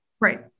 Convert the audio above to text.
Right